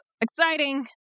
Exciting